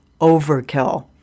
overkill